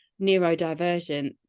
neurodivergent